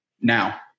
now